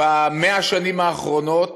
ב-100 שנים האחרונות,